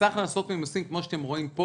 סך ההכנסות ממסים, כמו שאתם רואים פה